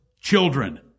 children